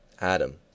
Adam